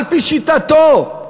על-פי שיטתו.